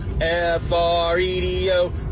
F-R-E-D-O